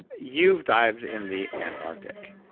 you've dived in the antarctic,